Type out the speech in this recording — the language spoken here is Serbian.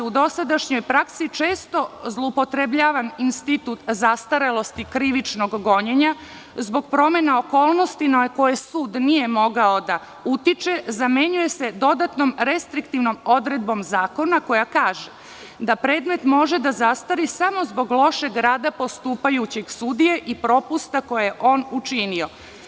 U dosadašnjoj praksi često zloupotrebljavan institut zastarelosti krivičnog gonjenja zbog promena okolnosti na koje sud nije mogao da utiče, zamenjuje se dodatnom restriktivnom odredbom zakona koja kaže da predmet može da zastari samo zbog lošeg rada postupajućeg sudije i propusta koje je on učinio.